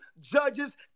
judges